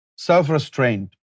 Self-restraint